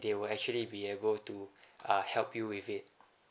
they will actually be able to uh help you with it